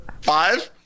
Five